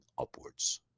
upwards